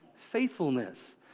faithfulness